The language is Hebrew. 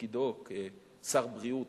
לתפקידו כשר בריאות,